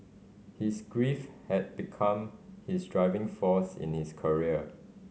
his grief had become his driving force in his career